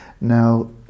Now